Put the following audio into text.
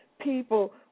People